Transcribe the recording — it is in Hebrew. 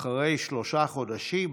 אחרי שלושה חודשים,